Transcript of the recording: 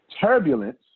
Turbulence